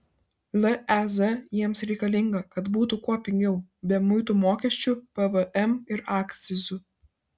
lez jiems reikalinga kad būtų kuo pigiau be muitų mokesčių pvm ir akcizų